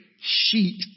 sheet